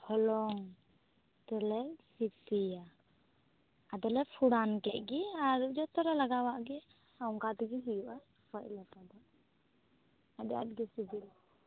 ᱦᱚᱞᱚᱝ ᱛᱮᱞᱮ ᱥᱤᱯᱤᱭᱟ ᱟᱫᱚᱞᱮ ᱯᱷᱩᱲᱟᱱ ᱠᱮᱫ ᱜᱮ ᱟᱨ ᱡᱚᱛᱚᱞᱮ ᱞᱟᱜᱟᱣᱟᱜ ᱜᱮ ᱚᱱᱠᱟᱛᱮᱜᱮ ᱦᱩᱭᱩᱜᱼᱟ ᱨᱚᱠᱚᱡ ᱞᱮᱴᱚ ᱫᱚ ᱟᱫᱚ ᱟᱹᱰᱤ ᱫᱚ ᱥᱤᱵᱤᱞᱟ